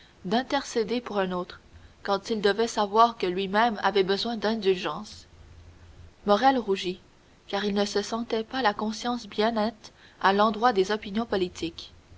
hardi d'intercéder pour un autre quand il devait savoir que lui-même avait besoin d'indulgence morrel rougit car il ne se sentait pas la conscience bien nette à l'endroit des opinions politiques